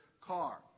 car